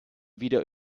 wieder